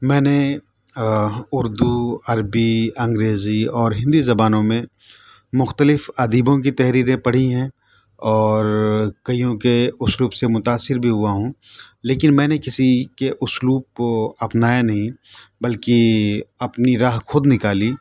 میں نے اردو عربی انگریزی اور ہندی زبانوں میں مختلف ادیبوں کی تحریریں پڑھی ہیں اور کئیوں کے اسلوب سے متاثر بھی ہوا ہوں لیکن میں نے کسی کے اسلوب کو اپنایا نہیں بلکہ اپنی راہ خود نکالی